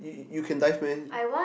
you can dive meh